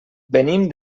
venim